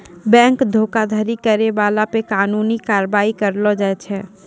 bank धोखाधड़ी करै बाला पे कानूनी कारबाइ करलो जाय छै